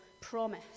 promise